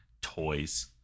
Toys